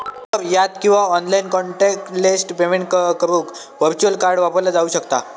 store यात किंवा online contactless payment करुक व्हर्च्युअल कार्ड वापरला जाऊ शकता